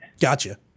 Gotcha